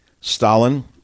Stalin